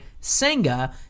Senga